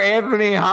Anthony